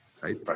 right